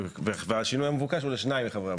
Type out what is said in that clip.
והשינוי המבוקש הוא לשניים מחברי המועצה.